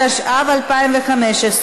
התשע"ה 2015,